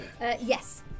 Yes